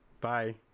Bye